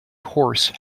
horse